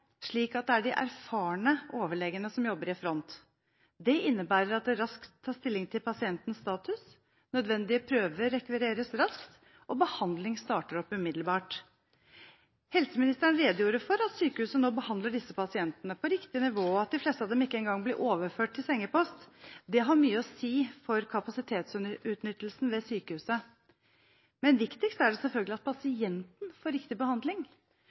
slik at det er de erfarne overlegene som jobber i front. Det innebærer at det raskt tas stilling til pasientens status, nødvendige prøver rekvireres raskt, og behandling starter opp umiddelbart. Helseministeren redegjorde for at sykehusene nå behandler disse pasientene på riktig nivå, og at de fleste av dem ikke en gang blir overført til sengepost. Det har mye å si for kapasitetsutnyttelsen ved sykehuset. Men viktigst er det selvfølgelig at pasienten får riktig behandling,